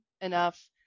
enough